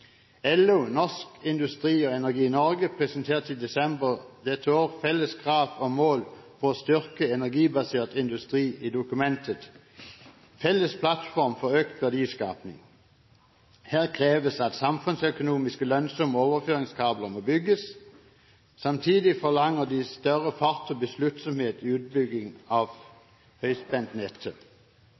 LO, Norsk Industri og Energi Norge presenterte i desember dette år felles krav og mål for å styrke energibasert industri i dokumentet «Felles plattform for økt verdiskaping». Her kreves det at samfunnsøkonomiske, lønnsomme overføringskabler må bygges. Samtidig forlanger de større fart og besluttsomhet i utbyggingen av